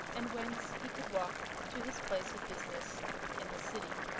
and whence he could walk to his place of business in the city.